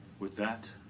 with that